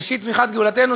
ראשית צמיחת גאולתנו,